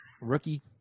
rookie